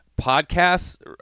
podcasts